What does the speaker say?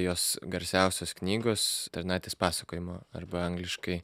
jos garsiausios knygos tarnaitės pasakojimo arba angliškai